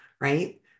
right